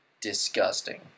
Disgusting